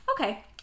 Okay